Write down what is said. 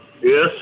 Yes